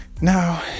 Now